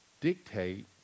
dictate